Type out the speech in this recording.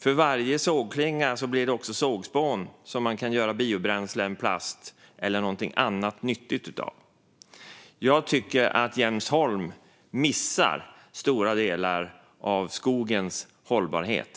För varje sågklinga blir det också sågspån som man kan göra biobränslen, plast eller något annat nyttigt av. Jag tycker att Jens Holm missar stora delar av skogens hållbarhet.